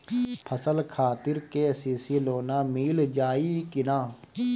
फसल खातिर के.सी.सी लोना मील जाई किना?